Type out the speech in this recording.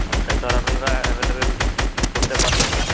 সবটাই তো আর আপনারা অ্যাভেলেবেল করতে পারবেন না